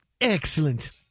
Excellent